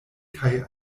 kaj